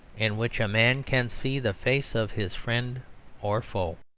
in which a man can see the face of his friend or foe.